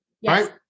Yes